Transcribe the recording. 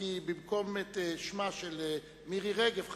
כי במקום את שמה של מירי רגב,